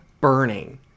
burning